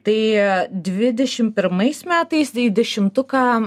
tai dvidešimt pirmais metais į dešimtuką